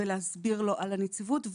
ולהסביר לו על הנציבות,